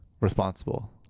responsible